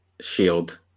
Shield